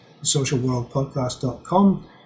socialworldpodcast.com